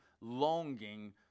longing